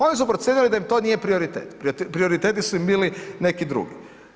Oni su procijenili da im to nije prioritet, prioriteti su im bili neki drugi.